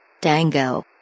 Dango